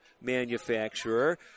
manufacturer